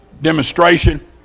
demonstration